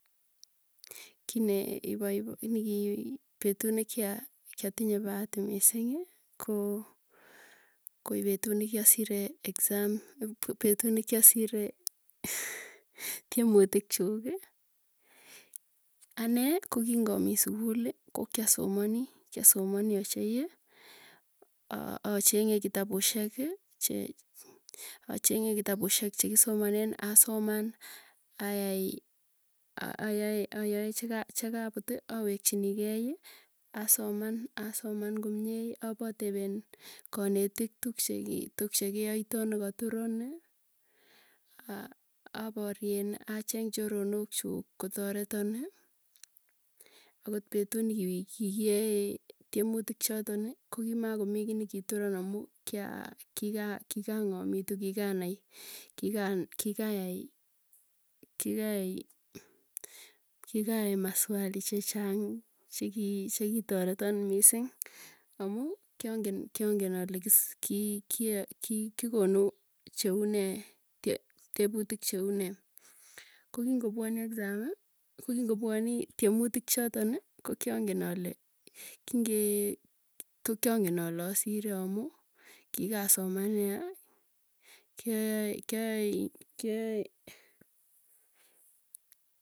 Kii ne ipaipa nikii, petut nekia kiatinye bahati mising'ii, koo koipetut nekiasire exam. Petut ne kiasire tiemutikchuuki. Anee ko kingamii sukuli ko kiasomani, kiasomani ochei acheng'e kitapusheki che chekisomanen asoman ayai ayoe cheka chekaputi awekchinikei, asoman asoman komie, apatepen kanetik tukcheki tukchekiaytoi nekaturoni. Aparien acheng choronok chuuk kotoretoni akot petuu nikikiyae tiemutik chotoki kokii makomii, kiiy nikituran amuu kiaa kigaa kigaa ng'omitu, kikaanai kikaayai. Kigayai kigayai maswali chechang chikii chekitoreton, misiing amuu kiangen kiangen alee kikonu cheune teputik cheunee. Ko kingopuone exam, kokingopuaniii tiemutik chotoni kokyang'en ale kingee ko kiangen alee asire amuu, kikasomanee kiayae kiayae kiayae.